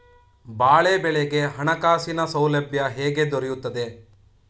ಬಾಳೆ ಬೆಳೆಗೆ ಹಣಕಾಸಿನ ಸೌಲಭ್ಯ ಹೇಗೆ ದೊರೆಯುತ್ತದೆ?